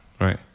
Right